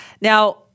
Now